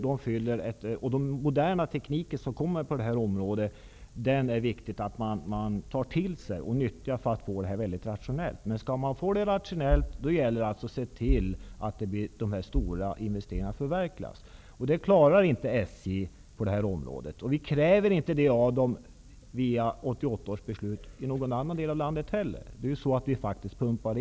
Den moderna teknik som kommer på det här området är det viktigt att ta till sig och nyttja för att få det hela rationellt. Skall vi få det rationellt gäller det att se till att de stora investeringarna förverkligas. Men det klarar inte SJ på det här området. Vi kräver inte att SJ skall göra det enligt 1988 års beslut i andra delar av landet heller.